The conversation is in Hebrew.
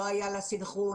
לא היה לה סנכרון